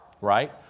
Right